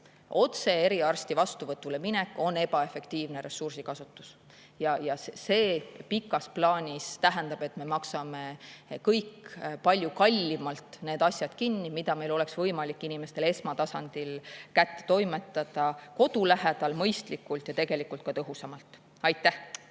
Otse eriarsti vastuvõtule minek on ebaefektiivne ressursikasutus. Ja see pikas plaanis tähendab, et me kõik maksame palju kallimalt need asjad kinni, mida meil oleks võimalik inimestele esmatasandil kätte toimetada kodu lähedal, mõistlikult ja tegelikult ka tõhusamalt. Aivar